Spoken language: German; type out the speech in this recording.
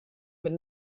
mit